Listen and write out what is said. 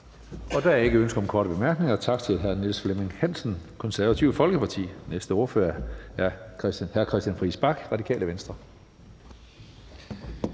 Så er der ikke flere ønsker om korte bemærkninger. Tak til hr. Niels Flemming Hansen, Det Konservative Folkeparti. Næste ordfører er hr. Christian Friis Bach, Radikale Venstre.